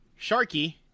Sharky